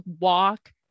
walk